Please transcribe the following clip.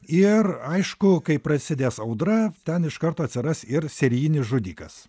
ir aišku kai prasidės audra ten iš karto atsiras ir serijinis žudikas